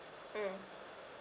mm